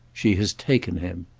she has taken him.